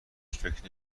فکر